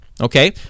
okay